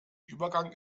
übergang